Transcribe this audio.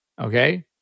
Okay